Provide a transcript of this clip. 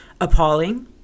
appalling